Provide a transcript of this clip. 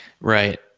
right